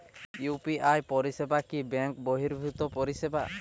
UPI পরিসেবা কি bank বর্হিভুত পরিসেবা?